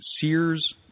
Sears